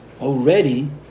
already